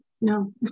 no